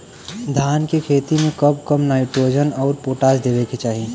धान के खेती मे कब कब नाइट्रोजन अउर पोटाश देवे के चाही?